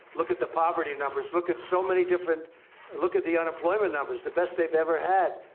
look at the poverty and numbers. look at so many different look at the unemployment numbers the best they've ever had.